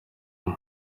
mwe